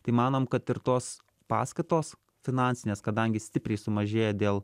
tai manom kad ir tos paskatos finansinės kadangi stipriai sumažėja dėl